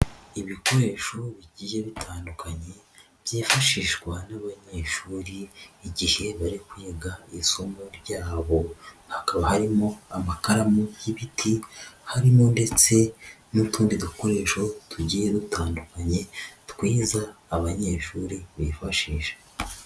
Ibikoresho bigiye bitandukanye byifashishwa n'abanyeshuri igihe bari kwiga isomo ryabo, hakaba harimo amakaramu y'ibiti, harimo ndetse n'utundi dukoresho tugiye dutandukanye twiza abanyeshuri bifashisha.